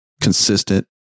consistent